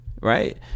Right